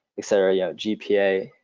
et cetera, you know, gpa.